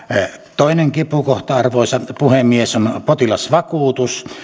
toinen kipukohta arvoisa puhemies on potilasvakuutus